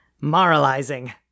Moralizing